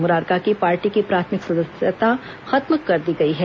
मुरारका की पार्टी की प्राथमिक सदस्यता खत्म कर दी गई है